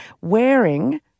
wearing